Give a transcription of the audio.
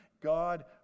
God